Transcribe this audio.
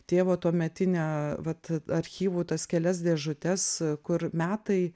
tėvo tuometinę vat archyvų tas kelias dėžutes kur metai